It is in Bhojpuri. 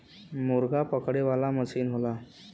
मुरगा पकड़े वाला मसीन होला